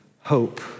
hope